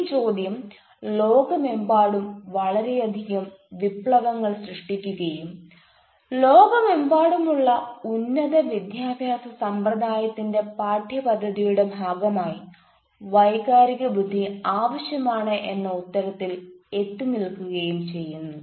ഈ ചോദ്യം ലോകമെമ്പാടും വളരെയധികം വിപ്ലവങ്ങൾ സൃഷ്ടിക്കുകയും ലോകമെമ്പാടുമുള്ള ഉന്നത വിദ്യാഭ്യാസ സമ്പ്രദായത്തിന്റെ പാഠ്യപദ്ധതിയുടെ ഭാഗമായി വൈകാരിക ബുദ്ധി ആവശ്യമാണ് എന്ന ഉത്തരത്തിൽ എത്തി നിൽക്കുകയും ചെയ്യുന്നു